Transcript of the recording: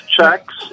checks